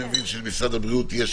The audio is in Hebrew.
אני מבין שלמשרד הבריאות יש